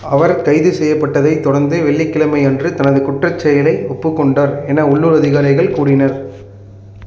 அவர் கைது செய்யப்பட்டதைத் தொடர்ந்து வெள்ளிக்கிழமை அன்று தனது குற்றச் செயலை ஒப்புக்கொண்டார் என உள்ளூர் அதிகாரிகள் கூறினர்